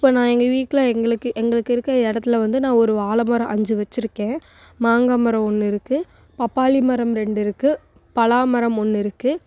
இப்போ நான் எங்கள் வீட்டில் எங்களுக்கு எங்களுக்கு இருக்கிற இடத்துல வந்து நான் ஒரு வாழை மரம் அஞ்சு வச்சிருக்கேன் மாங்காய் மரம் ஒன்று இருக்கு பப்பாளி மரம் ரெண்டு இருக்கு பலா மரம் ஒன்று இருக்கு